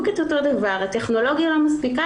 את אותו הדבר כאשר אומרים שהטכנולוגיה לא מספיקה.